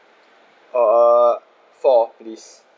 uh four please